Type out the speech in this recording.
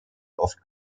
oft